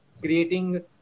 creating